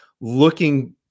looking –